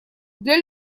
для